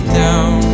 down